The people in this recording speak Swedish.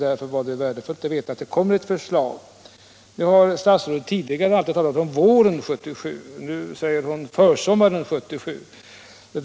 Därför var det värdefullt att få veta att det kommer att framläggas ett förslag. Statsrådet har tidigare alltid talat om våren 1977, men nu säger statsrådet försommaren 1977.